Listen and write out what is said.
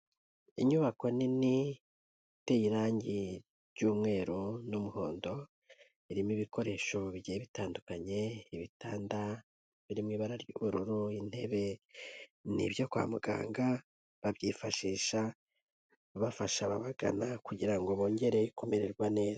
Inyubako nini iteye irangi ry'umweru n'umuhondo, irimo ibikoresho bigiye bitandukanye, ibitanda biri mu ibara ry'ubururu, intebe, ni ibyo kwa muganga babyifashisha bafasha ababagana kugira ngo bongere kumererwa neza.